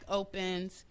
opens